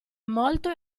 molto